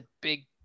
big